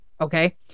Okay